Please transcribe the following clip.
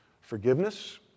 forgiveness